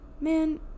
Man